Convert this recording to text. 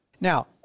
Now